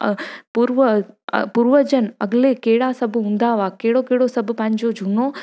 पूर्व पूर्वजनि अॻिले कहिड़ा सभु हूंदा हुआ कहिड़ो कहिड़ो सभु पंहिंजो झूनो